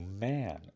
man